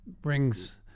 brings